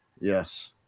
Yes